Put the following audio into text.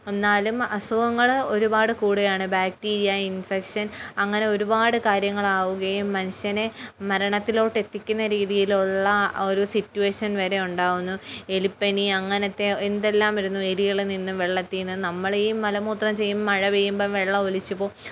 എന്നാലും അസുഖങ്ങൾ ഒരുപാട് കൂടുകയാണ് ബാക്ടീരിയ ഇൻഫെക്ഷൻ അങ്ങനെ ഒരുപാട് കാര്യങ്ങളാകുകയും മനുഷ്യനെ മരണത്തിലോട്ട് എത്തിക്കുന്ന രീതിയിലുള്ള ഒരു സിറ്റുവേഷൻ വരെ ഉണ്ടാകുന്നു എലിപ്പനി അങ്ങനത്തെ എന്തെല്ലാം വരുന്നു എലികളിൽ നിന്നും വെള്ളത്തിൽ നിന്ന് നമ്മളും മലമൂത്രം ചെയ്യുമ്പോൾ മഴ പെയ്യുമ്പം വെള്ളം ഒലിച്ചു പോകും